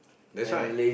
that's why